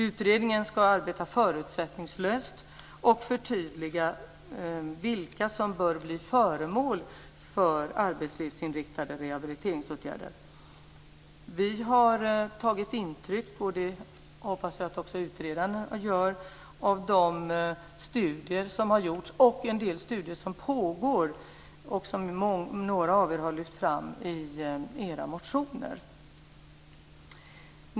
Utredningen ska arbeta förutsättningslöst och förtydliga vilka som bör bli föremål för arbetslivsinriktade rehabiliteringsåtgärder. Vi har tagit intryck, och det hoppas jag att också utredarna gör, av de studier som har gjorts och av en del studier som pågår. Några av er har lyft fram dessa i era motioner.